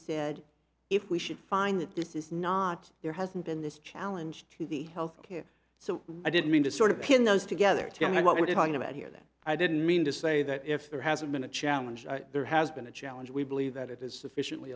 said if we should find that this is not there hasn't been this challenge to the health care so i didn't mean to sort of pin those together tell me what we're talking about here that i didn't mean to say that if there hasn't been a challenge there has been a challenge we believe that it is sufficiently